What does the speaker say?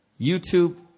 YouTube